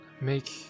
Make